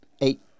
Eight